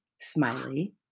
Smiley